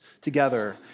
together